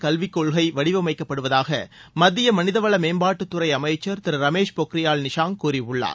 கல்வி கொள்கை வடிவமைக்கப்படுவதாக மத்திய மனித வள மேம்பாட்டுத்துறை அமைச்சர் திரு ரமேஷ் பொக்ரியால் நிஷாங்க் கூறியுள்ளார்